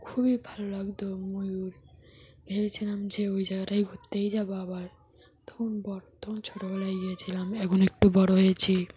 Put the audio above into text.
খুবই ভালো লাগত ময়ূর ভেবেছিলাম যে ওই জায়গাটায় ঘুরতেই যাব আবার তখন ব তখন ছোটবেলায় গিয়েছিলাম এখন একটু বড় হয়েছি